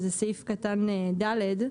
והוא סעיף קטן (ד).